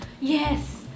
Yes